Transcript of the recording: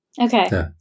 Okay